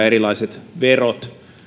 erilaiset verot